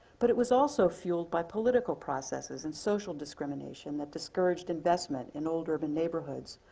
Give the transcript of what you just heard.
but it was also fueled by political processes and social discrimination that discouraged investment in old urban neighborhoods,